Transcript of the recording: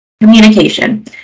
Communication